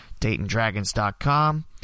DaytonDragons.com